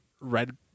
Red